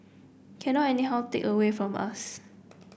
cannot anyhow take away from us